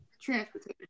transportation